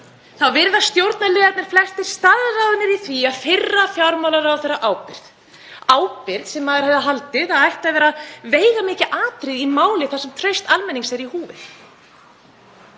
þá virðast stjórnarliðarnir flestir staðráðnir í því að firra fjármálaráðherra ábyrgð, ábyrgð sem maður hefði haldið að ætti að vera veigamikið atriði í máli þar sem traust almennings er í húfi.